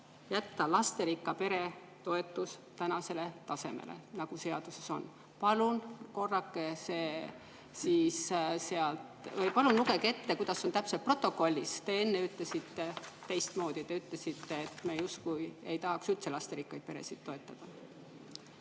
jätta lasterikka pere toetus tänasele tasemele, nagu seaduses on. Palun lugege ette, kuidas on täpselt protokollis. Te enne ütlesite teistmoodi, te ütlesite, et me justkui ei tahaks üldse lasterikkaid peresid toetada.